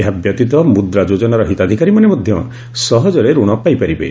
ଏହାବ୍ୟତୀତ ମୁଦ୍ରା ଯୋଜନାର ହିତାଧିକାରୀମାନେ ମଧ୍ୟ ସହଜରେ ରଣ ପାଇପାରିବେ